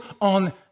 on